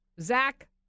Zach